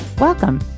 Welcome